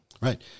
Right